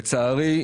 לצערי,